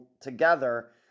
together